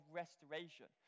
restoration